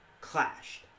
clashed